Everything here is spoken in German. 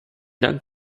dank